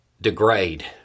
degrade